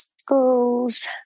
schools